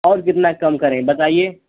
और कितना कम करें बताइए